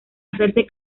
hacerse